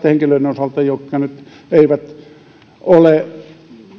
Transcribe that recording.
henkilöiden osalta jotka nyt eivät ole